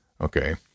okay